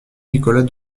nicolas